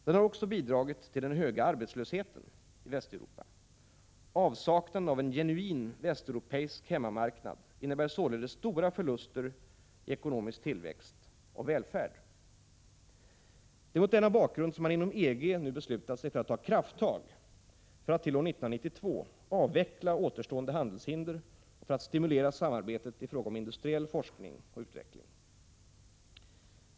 Den har också bidragit till den höga arbetslösheten i Västeuropa. Avsaknaden av en genuin västeuropeisk hemmamarknad innebär således stora förluster i ekonomisk tillväxt och välfärd. Det är mot denna bakgrund som man inom EG nu beslutat sig för att ta krafttag för att till år 1992 avveckla återstående handelshinder och för att stimulera samarbetet i fråga om industriell forskning och utveckling.